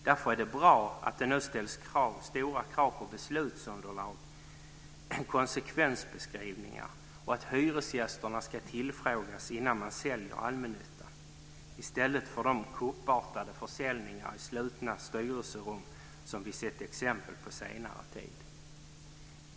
Därför är det bra att det nu ställs stora krav på beslutsunderlag, konsekvensbeskrivningar och att hyresgästerna ska tillfrågas innan man säljer allmännyttan i stället för de kuppartade försäljningar i slutna styrelserum som vi sett exempel på under senare tid.